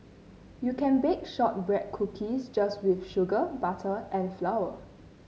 you can bake shortbread cookies just with sugar butter and flour